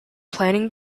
planning